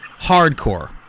hardcore